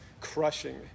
crushing